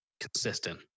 consistent